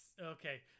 Okay